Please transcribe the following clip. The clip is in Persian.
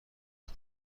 وقت